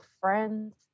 friends